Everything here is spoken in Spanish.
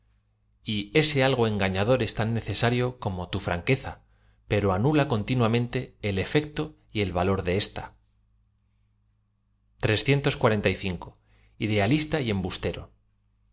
simbolo ese algo engañador es tan necesario como tu ñ anque a pero anula continuamente el efecto el v a lo r de ésta y embustero